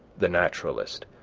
the naturalist,